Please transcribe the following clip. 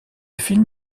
film